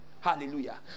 Hallelujah